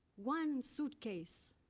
one suitcase,